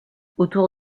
autour